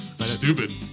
Stupid